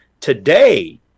Today